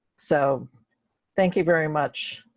so thank you very much.